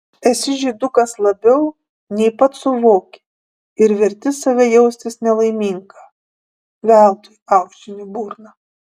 esi žydukas labiau nei pats suvoki ir verti save jaustis nelaimingą veltui aušini burną